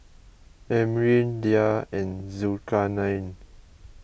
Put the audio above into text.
Amrin Dhia and Zulkarnain